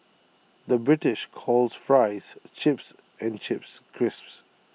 the British calls Fries Chips and Chips Crisps